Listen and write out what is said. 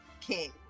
King